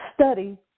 study